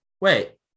Wait